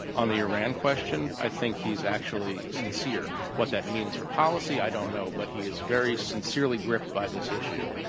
on the iran question, i think he's actually sincere. what that means for policy, i don't know. but he is very sincerely gripped by this issue.